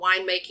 winemaking